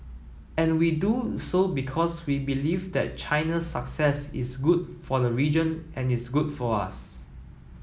and we do so because we believe that China's success is good for the region and is good for us